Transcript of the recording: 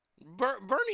Bernie